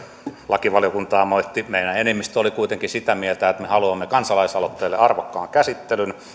lakivaliokuntaa moitti meidän enemmistö oli kuitenkin sitä mieltä että me haluamme kansalaisaloitteelle arvokkaan käsittelyn